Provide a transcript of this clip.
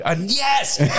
Yes